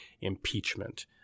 impeachment